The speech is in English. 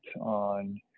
on